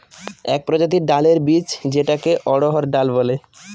এক প্রজাতির ডালের বীজ যেটাকে অড়হর ডাল বলে